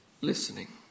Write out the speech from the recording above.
Listening